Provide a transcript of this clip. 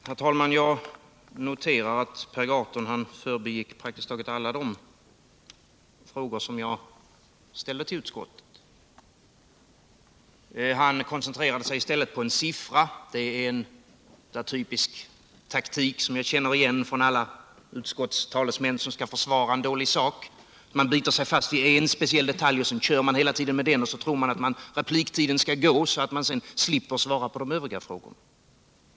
Herr talman! Jag noterar att Per Gahrton förbigick praktiskt taget alla de frågor som jag ställde till utskottet. Han koncentrerade sig i stället på en siffra. Det är en typisk taktik som jag känner igen från alla utskottstalesmän som skall försvara en dålig sak. Man biter sig fast vid en speciell detalj och kör hela tiden med den, och så tror man att repliktiden skall gå och att man på det sättet slipper svara på de övriga frågorna.